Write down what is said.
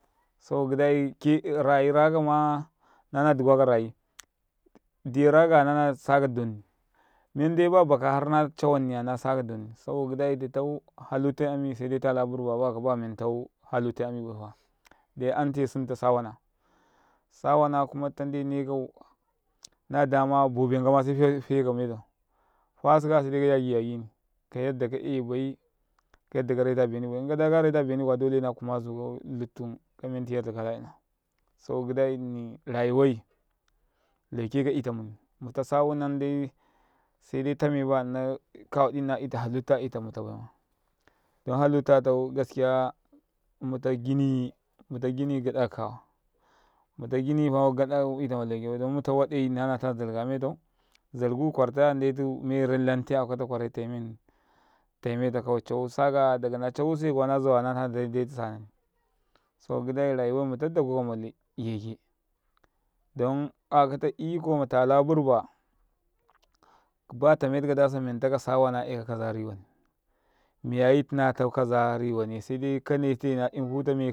﻿Saboka rayi rakama nana dukwa karayi ɗiya rakaya nana saka ɗonni menɗai babaka hardai na cawanniya nasak ɗonni saboka ɡiɗai ɗitau halittai ami saidai tala burba baya kaba mentau halittai ami bai ɗai ante sinta sawana sawana kuma ɗitau ndenekau na damaya bo benkamase feka mentau fasikaya se ka shirti shirtini kayadda ka'yabai kayaɗɗa kareto beni bay inkada kareta benikuwa dole na kuma a zukau luffun kamenati men manɗi kayina saboka ɡidai rayuwai lauke ka ita muni sawa nan ɗai se ɗai tame baya nau kawaɗi nna halitta ita mutabai ɗon halattatau ɡaskiya muta ɗakai ɡaɗaka kawa ɗita dakaifa intama laukebai don ɗitau waɗai nala ta shaɗ metau shadukwarta ndetu melante akata kwarai taimetau kawai causakaya na cawase kuwa naꙁawa nana ndetu sanani saboka ɡiɗai rayuwai mutau daɡu kama yeke don a'akata iko matala burba batame tikaɗa samen taka sawana eka kaza riwau miyayi tinata kaza riwau said aka naite na imfutame.